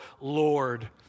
Lord